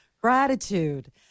Gratitude